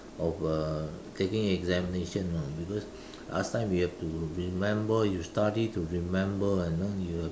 of uh taking examination you know because last time you have to remember you study to remember and learn you have